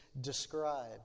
describe